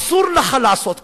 אסור לך לעשות כך,